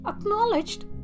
acknowledged